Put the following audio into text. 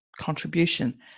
contribution